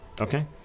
Okay